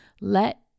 let